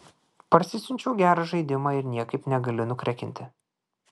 parsisiunčiau gerą žaidimą ir niekaip negaliu nukrekinti